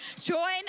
join